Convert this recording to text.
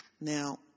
Now